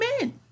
men